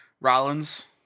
Rollins